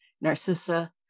Narcissa